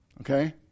Okay